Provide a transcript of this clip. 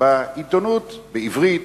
בעיתונות בעברית,